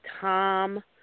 Tom